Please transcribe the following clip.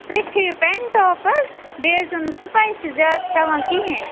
تُہی کھیٚیِو پیٚنٛٹاپ حظ بیٚیہِ ٲسۍزیٚو نہٕ سٕپایسی زیادٕ کھیٚوان کِہیٖنٛۍ